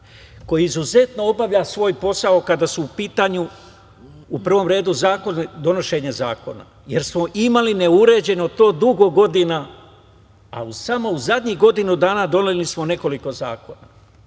koje izuzetno obavlja svoj posao kada su u pitanju donošenje zakona jer smo imali neuređeno to dugo godina, a samo u zadnjih godinu dana doneli smo nekoliko zakona. Dakle,